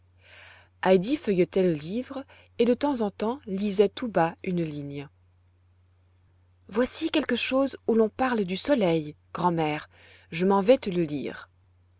heidi feuilletait le livre et de temps en temps lisait tout bas une ligne voici quelque chose où l'on parle du soleil grand'mère je m'en vais te le lire